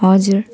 हजुर